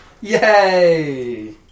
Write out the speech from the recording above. Yay